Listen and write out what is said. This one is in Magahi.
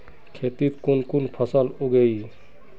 खेतीत कुन कुन फसल उगेई?